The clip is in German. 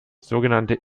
sogenannte